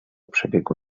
przebiegu